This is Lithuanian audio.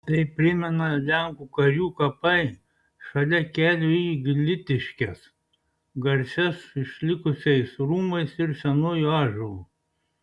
tai primena lenkų karių kapai šalia kelio į glitiškes garsias išlikusiais rūmais ir senuoju ąžuolu